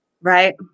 Right